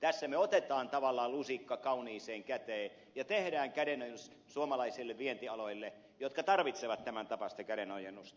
tässä me otamme tavallaan lusikan kauniiseen käteen ja teemme kädenojennuksen suomalaisille vientialoille jotka tarvitsevat tämäntapaista kädenojennusta